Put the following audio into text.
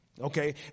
Okay